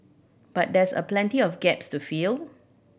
but there's a plenty of gaps to fill